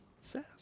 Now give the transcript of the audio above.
says